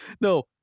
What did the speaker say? No